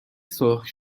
سرخ